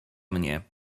mnie